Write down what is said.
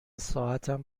ساعتم